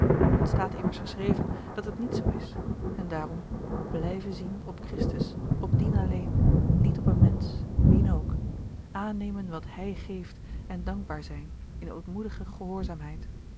het staat immers geschreven dat het niet zoo is en daarom blijven zien op christus op dien alleen niet op een mensch wien ook aannemen wat hij geeft en dankbaar zijn in ootmoedige gehoorzaamheid